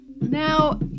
Now